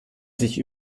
sich